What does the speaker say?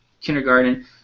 kindergarten